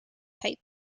type